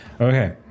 Okay